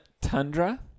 Tundra